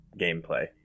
gameplay